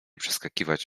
przeskakiwać